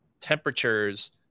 temperatures